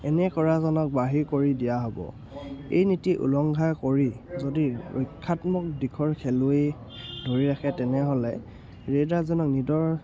এনে কৰাজনক বাহিৰ কৰি দিয়া হ'ব এই নীতি উলংঘা কৰি যদি ৰক্ষাত্মক দিশৰ খেলুৱৈ ধৰি ৰাখে তেনেহ'লে ৰেডাৰজনক নিজৰ